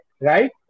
right